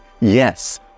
yes